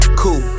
cool